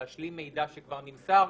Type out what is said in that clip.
להשלים מידע שכבר נמסר.